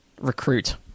recruit